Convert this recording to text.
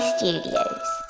Studios